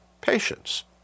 Patience